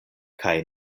kaj